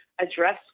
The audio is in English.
address